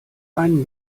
einen